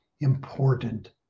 important